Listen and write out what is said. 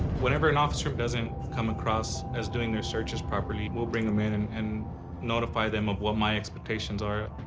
whenever an officer doesn't come across as doing their searches properly, we'll bring them in and and notify them of what my expectations are.